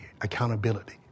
accountability